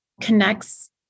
connects